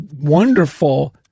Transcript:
wonderful